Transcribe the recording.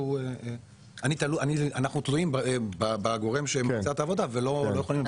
אנחנו תלויים בגורם שמבצע את העבודה ולא יכולים לבצע בעצמנו.